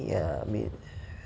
ya